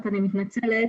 אני מתנצלת,